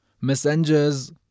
messengers